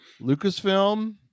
Lucasfilm